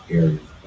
areas